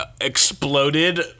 exploded